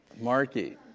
Marky